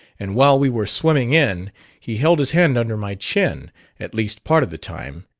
and while we were swimming in he held his hand under my chin at least part of the time.